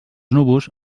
núvols